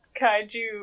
kaiju